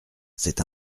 c’est